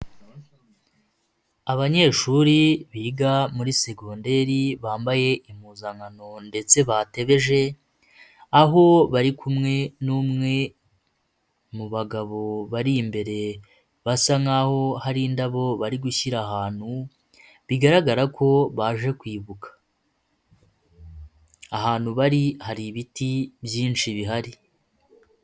Abanyeshuri biga muri segonderi bambaye impuzankano ndetse batebeje, aho bari kumwe n'umwe mu bagabo bari imbere basa nk'aho hari indabo bari gushyira ahantu, bigaragara ko baje kwibuka. Ahantu bari hari ibiti byinshi bihari.